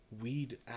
weed